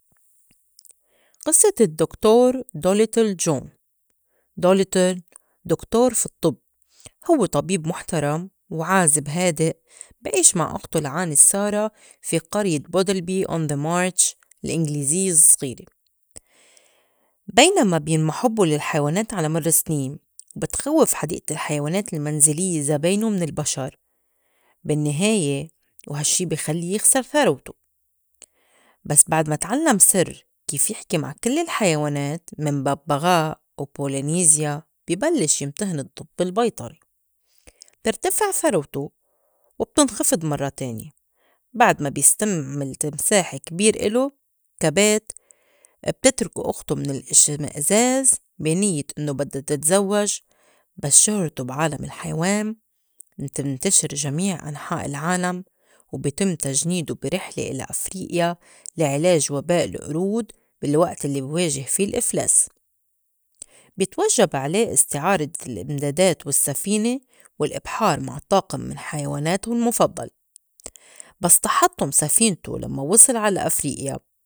قِصّة الدّكتور دوليتل جون دوليتل دكتور في الطّب هو طبيب مُحترم وعازب هادئ بي عيش مع إختو العانس سارا في قرية بودي لبي أون ذا مارْش الإنجليزية الصغيرة، بينما بينمى حُبّه للحيوانات عل مَر السنين وبتخّوق حديقة الحيوانات المنزليّة زباينه من البشر بالنّهاية وهالشّي بي خلّي يخسر ثروته، بس بعد ما تعلّم سِر كيف يحكي مع كل الحيوانات من بَبّغاء و Polynesia بي بلّش يمتهن الطّب البيطري، بترتفع ثروته وبتنخفض مرّة تانية بعد ما بيستعمل تمساح كبير إلو كا بيت، بتتركو إختو من الاشمئزاز بي نيّة إنّو بدّا تتزوّج، بس شِهرتو بي عالم الحيوان بتنتشر جميع أنحاء العالم وبي تِم تجنيدو بي رحلة الى أفريقيا لِعِلاج وباء القرود بالوقت الّي بي واجه في الإفلاس بيتوجّب عليه استعارة الإمدادات والسّفينة والإبحار مع طاقم من حيواناته المُفضّلة بس تحطُّم سفينته لمّا وصل على أفريقيا.